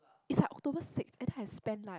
it's like October sixth and then I spent like